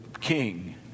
king